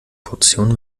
portion